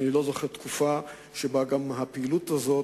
אני לא זוכר תקופה שבה הפעילות הזו